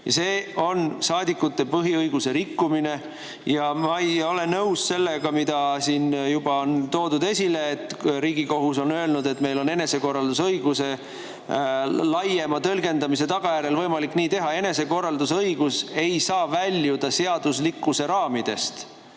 See on saadikute põhiõiguse rikkumine. Ma ei ole nõus sellega, mida siin on juba esile toodud, et Riigikohus on öelnud, et meil on enesekorraldusõiguse laiema tõlgendamise tagajärjel võimalik nii teha. Enesekorraldusõigus ei saa väljuda seaduslikkuse raamidest,